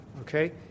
okay